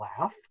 laugh